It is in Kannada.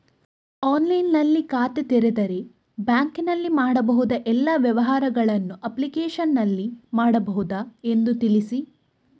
ಆನ್ಲೈನ್ನಲ್ಲಿ ಖಾತೆ ತೆರೆದರೆ ಬ್ಯಾಂಕಿನಲ್ಲಿ ಮಾಡಬಹುದಾ ಎಲ್ಲ ವ್ಯವಹಾರಗಳನ್ನು ಅಪ್ಲಿಕೇಶನ್ನಲ್ಲಿ ಮಾಡಬಹುದಾ ಎಂದು ತಿಳಿಸಿ?